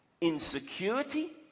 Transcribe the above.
insecurity